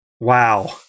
Wow